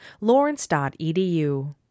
Lawrence.edu